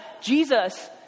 Jesus